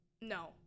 no